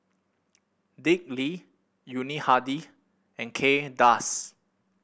Dick Lee Yuni Hadi and Kay Das